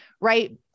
right